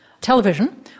Television